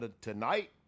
tonight